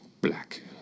black